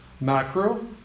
macro